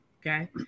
okay